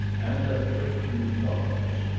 and that friction retards,